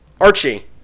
Archie